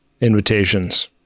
invitations